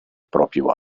proprio